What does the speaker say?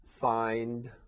find